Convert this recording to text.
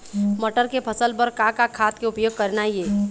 मटर के फसल बर का का खाद के उपयोग करना ये?